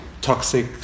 toxic